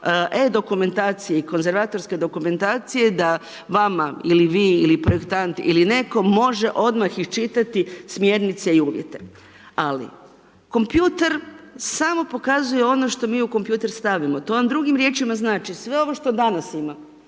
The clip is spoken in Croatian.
e-dokumentacije i konzervatorske dokumentacije je da vama ili vi ili projektant ili netko može odmah iščitati smjernice i uvjete. Ali, kompjuter samo pokazuje ono što mi u kompjuter stavimo. To vam drugim riječima znači, sve ovo što danas imamo,